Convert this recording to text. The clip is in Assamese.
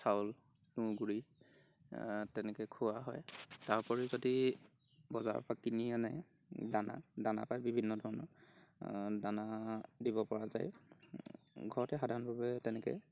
চাউল তুঁহগুৰি তেনেকৈ খুওৱা হয় তাৰোপৰি যদি বজাৰৰপৰা কিনি আনে দানা দানা পায় বিভিন্নধৰণৰ দানা দিবপৰা যায় ঘৰতে সাধাৰণভাৱে তেনেকৈ